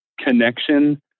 connection